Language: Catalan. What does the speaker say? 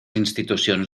institucions